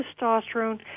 testosterone